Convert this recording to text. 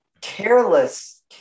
careless